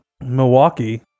Milwaukee